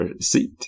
seat